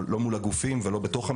לא מול הגופים ולא בתוך המשרד.